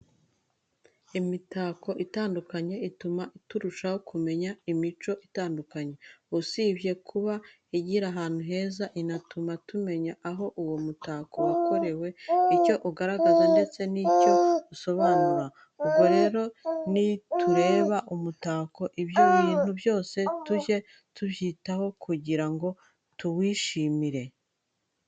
Imitako itandukanye ituma turushaho kumenya imico itandukanye. Usibye kuba igira ahantu heza, inatuma tumenya aho uwo mutako wakorewe, icyo ugaragaza, ndetse n'icyo usobanura. Ubwo rero nitureba umutako ibyo bintu byose tujye tubyitaho kugira ngo tuwishimire.